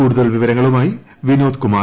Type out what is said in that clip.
കൂടുതൽ വിവരങ്ങളുമായി വിനോദ് കുമാർ